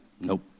nope